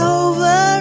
over